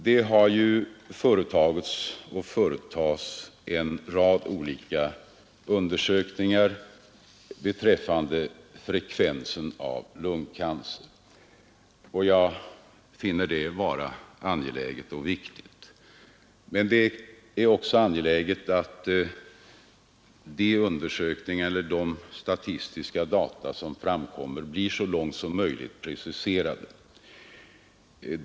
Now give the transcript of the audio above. Det har företagits och företas en rad olika undersökningar beträffande frekvensen av lungcancer, och det är angeläget att sådana undersökningar görs. Men det är också viktigt att de statistiska data som framkommer blir så långt som möjligt preciserade.